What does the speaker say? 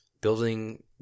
building